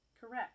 Correct